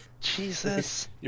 Jesus